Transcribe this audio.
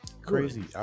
Crazy